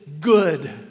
good